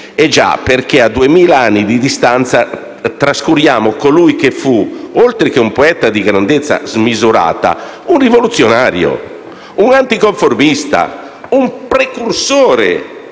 conosciuto. A duemila anni di distanza trascuriamo colui che fu, oltre che un poeta di grandezza smisurata, un rivoluzionario, un anticonformista, un precursore.